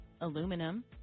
aluminum